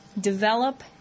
develop